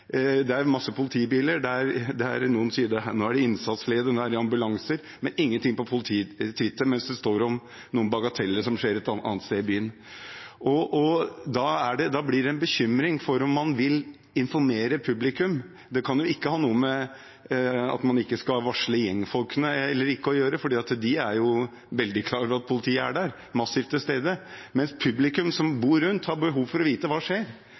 det er masse politibiler, det er innsatsledere, det er ambulanser – men ingenting på politiets Twitter – mens det står om noen bagateller som skjer et annet sted i byen. Da blir det en bekymring for om man vil informere publikum. Det kan jo ikke ha noe å gjøre med at man ikke skal varsle gjengfolkene, for de er veldig klar over at politiet er massivt til stede. Men publikum som bor i området rundt, har behov for å vite hva som skjer